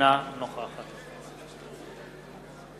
אינה נוכחת ובכן,